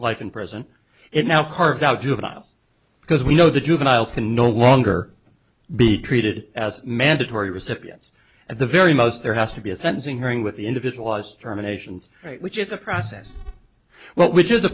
life in prison it now carved out juveniles because we know that juveniles can no longer be treated as mandatory recipients at the very most there has to be a sentencing hearing with the individualized terminations which is a process well which is